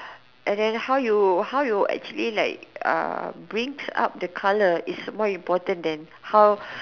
and then how you how you actually like uh brings out the colour is more important than how